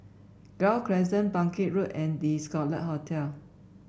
Gul Crescent Bangkit Road and The Scarlet Hotel